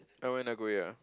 I went Nagoya